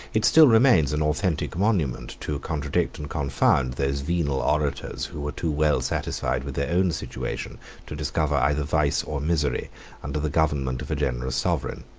it still remains an authentic monument to contradict and confound those venal orators, who were too well satisfied with their own situation to discover either vice or misery under the government of a generous sovereign.